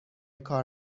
کار